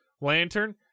Lantern